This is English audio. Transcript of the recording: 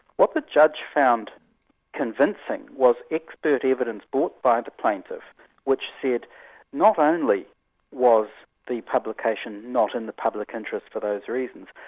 what the judge found convincing was expert evidence brought by the plaintiff which said not um only was the publication not in the public interest for those reasons,